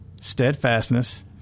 steadfastness